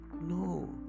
No